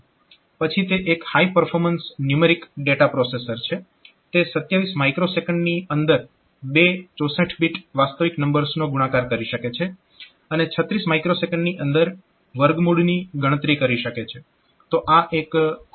પછી તે એક high performance numeric data processor છે તે 27 µS ની અંદર બે 64 બીટ વાસ્તવિક નંબર્સનો ગુણાકાર કરી શકે છે અને 36 µS ની અંદર વર્ગમૂળની ગણતરી કરી શકે છે